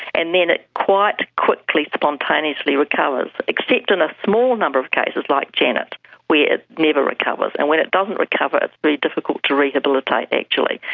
and then it quite quickly spontaneously recovers, except in a small number of cases like janet where it never recovers. and when it doesn't recover it's very difficult to rehabilitate actually.